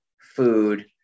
food